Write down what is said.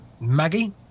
Maggie